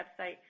website